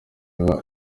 iba